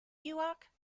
newark